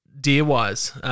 deer-wise